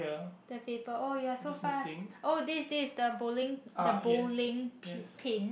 the paper oh ya so fast oh this this the bowling the bowling p~ pins